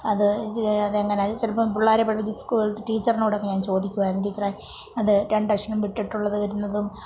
അത് എങ്ങനെയാണ് ചിലപ്പം പിള്ളേരെ പഠിപ്പിച്ച സ്കൂൾ ടീച്ചറിനോടൊക്കെ ഞാൻ ചോദിക്കുവായിരുന്നു ടീച്ചറെ അത് രണ്ടക്ഷരം വിട്ടിട്ടുള്ളത് വരുന്നതും